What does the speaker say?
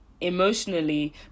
emotionally